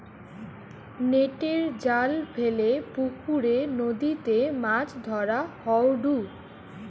নেটের জাল ফেলে পুকরে, নদীতে মাছ ধরা হয়ঢু